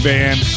Band